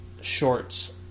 shorts